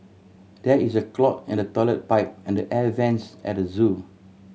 there is a clog in the toilet pipe and the air vents at the zoo